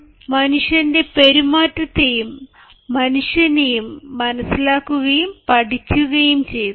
Eric Berne മനുഷ്യന്റെ പെരുമാറ്റത്തെയും മനുഷ്യനെയും മനസ്സിലാക്കുകയും പഠിക്കുകയും ചെയ്തു